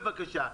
בבקשה,